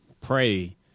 pray